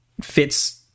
fits